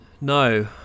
No